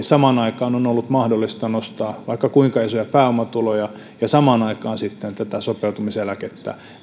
samaan aikaan on ollut mahdollista nostaa vaikka kuinka isoja pääomatuloja ja samaan aikaan sitten tätä sopeutumiseläkettä